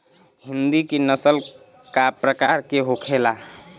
हिंदी की नस्ल का प्रकार के होखे ला?